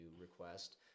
request